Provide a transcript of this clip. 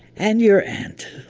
and your aunt,